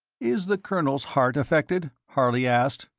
is the colonel's heart affected? harley asked.